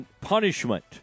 punishment